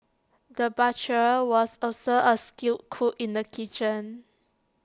the butcher was also A skilled cook in the kitchen